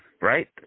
Right